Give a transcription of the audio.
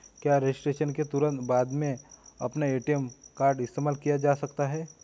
क्या रजिस्ट्रेशन के तुरंत बाद में अपना ए.टी.एम कार्ड इस्तेमाल किया जा सकता है?